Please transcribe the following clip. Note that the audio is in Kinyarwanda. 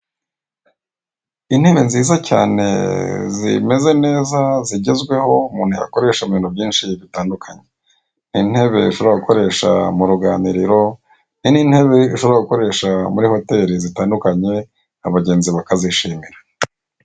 Intebe nziza cyane zimeze neza zigezweho umuntu yakoresha mu bintu byinshi bitandukanye, ni intebe ushobora gukoresha mu ruganiriro hari n'intebe ushobora gukoresha muri hoteli zitandukanye abagenzi bakazishimira.